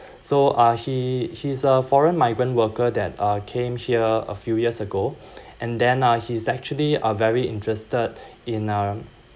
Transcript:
so uh he he’s a foreign migrant worker that uh came here a few years ago and then uh he's actually uh very interested in uh